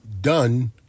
done